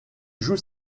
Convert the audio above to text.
joue